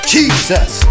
Jesus